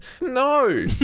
no